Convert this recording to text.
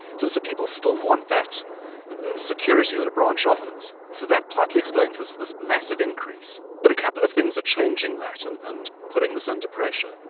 so so people still want that security that a branch offers. so that partly explains this this massive increase. but a couple of things are changing that and and putting this under pressure.